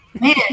man